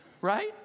right